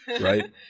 Right